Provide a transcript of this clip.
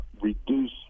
reduce